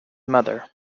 mother